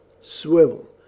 Swivel